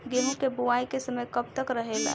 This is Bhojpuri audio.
गेहूँ के बुवाई के समय कब तक रहेला?